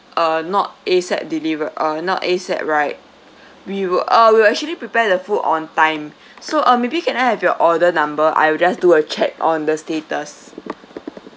uh not ASAP deliver uh not ASAP right we will uh we will actually prepare the food on time so uh maybe can I have your order number I will just do a check on the status